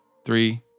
Three